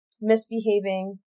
misbehaving